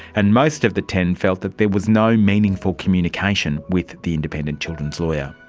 and most of the ten felt that there was no meaningful communication with the independent children's lawyer.